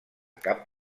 cap